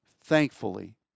thankfully